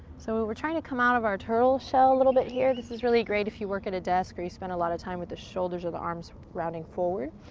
so we're tryin' to come out of our turtle shell a little bit here. this is really great if you work at a desk or you spend a lot of time with the shoulders or the arms rounding forward.